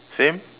same